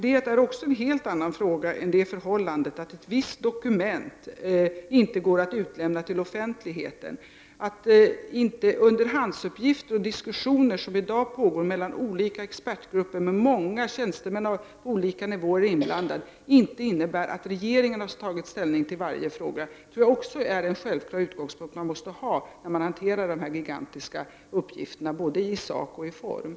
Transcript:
Det är också en helt annan sak än förhållandet att ett visst dokument inte kan utlämnas till offentligheten. Jag tror att man måste ha som en självklar utgångspunkt när dessa gigantiska uppgifter hanteras i sak och form, att diskussioner pågår i dag mellan expertgrupper där många tjänstemän på olika nivåer är inblandade och att det innebär att regeringen inte har tagit ställning till varje fråga.